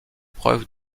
preuve